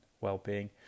well-being